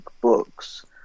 books